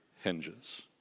hinges